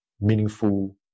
meaningful